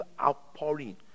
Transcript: outpouring